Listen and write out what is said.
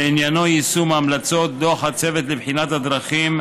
ועניינו יישום המלצות דוח הצוות לבחינת הדרכים